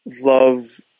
Love